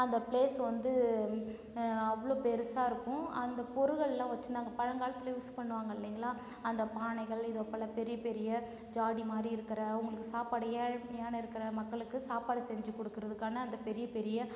அந்த ப்ளேஸ் வந்து அவ்வளோ பெருசாக இருக்கும் அந்த பொருள்கள்லாம் வச்சி நாங்கள் பழங்காலத்திலே யூஸ் பண்ணுவாங்கள் இல்லைங்களா அந்த பானைகள் இதை போல பெரிய பெரிய ஜாடி மாதிரி இருக்கிற அவங்களுக்கு சாப்பாடு ஏழ்மையான இருக்கிற மக்களுக்கு சாப்பாடு செஞ்சு கொடுக்கறதுக்கான அந்த பெரிய பெரிய